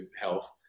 health